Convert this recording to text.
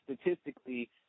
Statistically